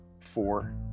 four